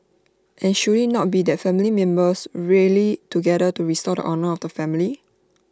and should IT not be that family members rally together to restore the honour of the family